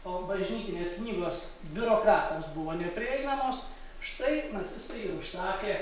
o bažnytinės knygos biurokratams buvo neprieinamos štai nacistai ir užsakė